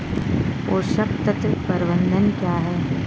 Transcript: पोषक तत्व प्रबंधन क्या है?